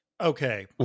Okay